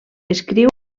escriu